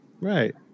Right